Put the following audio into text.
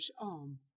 arm